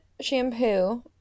shampoo